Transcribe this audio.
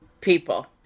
people